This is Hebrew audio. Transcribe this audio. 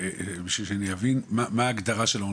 בשביל שאני אבין, מה ההגדרה של המעון?